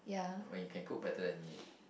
when you can cook better than me